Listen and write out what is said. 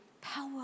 Power